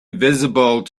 visible